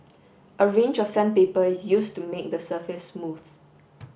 a range of sandpaper is used to make the surface smooth